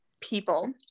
people